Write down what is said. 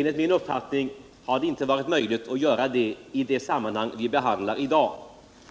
Enligt min uppfattning har det inte varit möjligt att göra det i detta sammanhang,